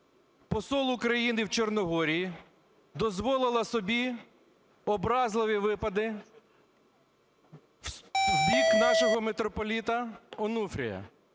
посол України в Чорногорії дозволила собі образливі випади в бік нашого митрополита Онуфрія,